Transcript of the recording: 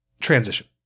transition